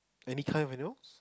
any kind of animals